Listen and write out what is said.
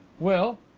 well,